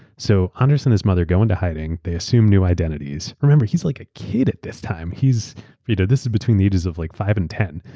so andras and his mother go into hiding, they assume new identities. remember, he's like a kid at this time. you know this is between the ages of like five and ten.